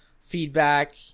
feedback